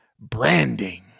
branding